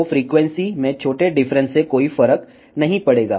तो फ्रीक्वेंसी में छोटे डिफरेंस से कोई फर्क नहीं पड़ेगा